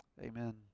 Amen